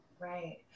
Right